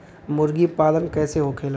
मुर्गी पालन कैसे होखेला?